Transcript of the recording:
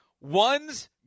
One's